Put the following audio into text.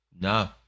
No